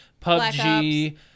PUBG